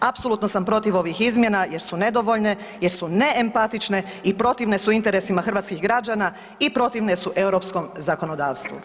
Apsolutno sam protiv ovih izmjena jer su nedovoljne, jer su neempatične i protivne su interesima hrvatskih građana i protivne su europskom zakonodavstvu.